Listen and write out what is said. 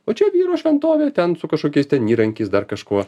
o čia vyro šventovė ten su kažkokiais ten įrankiais dar kažkuo